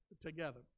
together